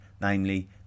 namely